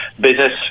business